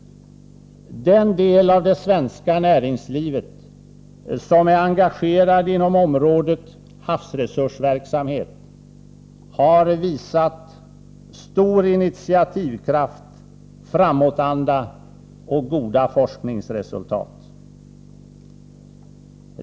| Den del av det svenska näringslivet som är engagerad inom området havsresursverksamhet har visat stor initiativkraft, framåtanda och goda forskningsresultat.